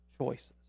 choices